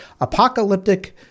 apocalyptic